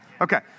Okay